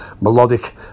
melodic